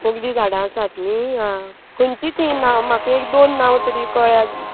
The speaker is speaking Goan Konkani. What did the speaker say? वखदीं झाडां आसात न्ही आं खंयची तीन नांव म्हाका एक दोन नांव तरी कळ्या